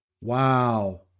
wow